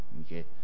Okay